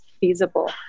feasible